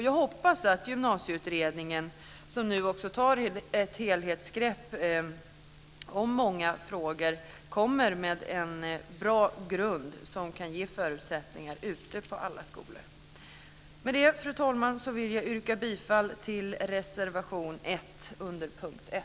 Jag hoppas att gymnasieutredningen, som nu också tar ett helhetsgrepp om många frågor, kommer med en bra grund till goda förutsättningar ute på alla skolor. Fru talman! Jag vill yrka bifall till reservation 1